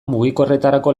mugikorretarako